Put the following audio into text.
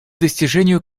достижению